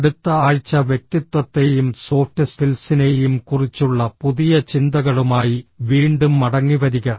അടുത്ത ആഴ്ച വ്യക്തിത്വത്തെയും സോഫ്റ്റ് സ്കിൽസിനെയും കുറിച്ചുള്ള പുതിയ ചിന്തകളുമായി വീണ്ടും മടങ്ങിവരിക